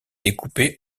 découpé